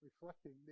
reflecting